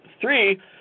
Three